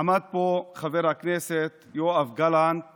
עמד פה חבר הכנסת יואב גלנט